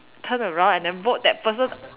turn around and then vote that person